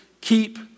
keep